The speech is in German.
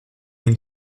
den